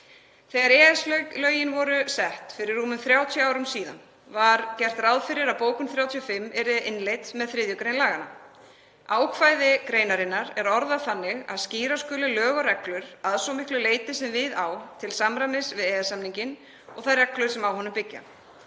Þegar EES-lögin voru sett fyrir rétt rúmum 30 árum, var gert ráð fyrir að bókun 35 yrði innleidd með 3. gr. laganna. Ákvæði greinarinnar er orðað þannig að skýra skuli lög og reglur, að svo miklu leyti sem við á, til samræmis við EES-samninginn og þær reglur sem á honum byggja.